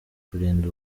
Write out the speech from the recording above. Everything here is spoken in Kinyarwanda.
kurinda